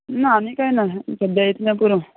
ना आनी काय सद्याक इतलें पूरो